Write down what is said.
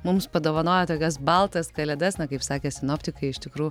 mums padovanojo tokias baltas kalėdas na kaip sakė sinoptikai iš tikrų